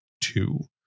two